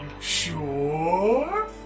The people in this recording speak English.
sure